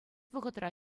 вӑхӑтра